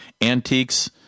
Antiques